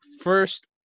first